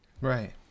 right